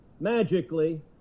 Magically